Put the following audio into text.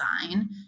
design